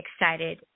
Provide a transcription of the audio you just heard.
excited